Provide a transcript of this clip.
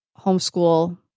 homeschool